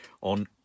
on